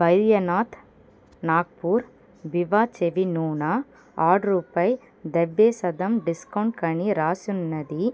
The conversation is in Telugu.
బైద్యనాథ్ నాగపూర్ బివా చెవి నూనె ఆర్డరుపై డెబ్బై శాతం డిస్కౌంట్ అని వ్రాసి ఉన్నది